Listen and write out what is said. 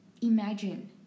Imagine